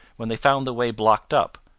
when they found the way blocked up,